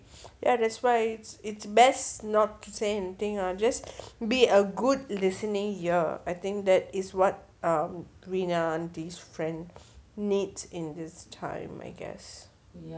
ya that's why it's it's best not to say anything I'll just be a good listening ear I think that is what um rina aunty's friend needs in this time I guess